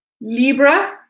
Libra